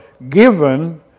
given